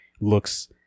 looks